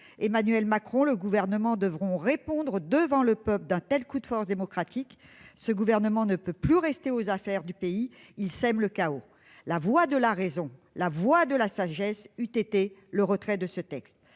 Emmanuel Macron et le Gouvernement devront répondre devant le peuple de ce coup de force démocratique. Ce gouvernement ne peut plus rester aux affaires. Il sème le chaos dans le pays. La voix de la raison, la voix de la sagesse, eût été le retrait de ce texte.